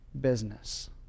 business